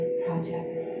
projects